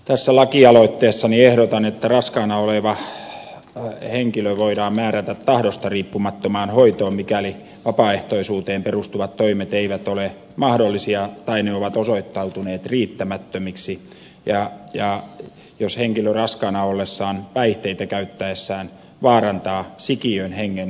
tässä lakialoitteessani ehdotan että raskaana oleva henkilö voidaan määrätä tahdosta riippumattomaan hoitoon mikäli vapaaehtoisuuteen perustuvat toimet eivät ole mahdollisia tai ne ovat osoittautuneet riittämättömiksi ja jos henkilö raskaana ollessaan päihteitä käyttäessään vaarantaa sikiön hengen ja turvallisuuden